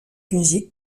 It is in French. musique